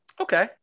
Okay